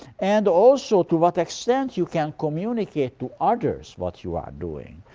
and also to what extent you can communicate to others what you are doing.